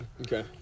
Okay